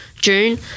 June